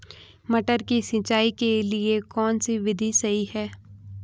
मटर की सिंचाई के लिए कौन सी विधि सही है?